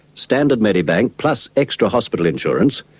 standard medibank plus extra hospital insurance,